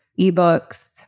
eBooks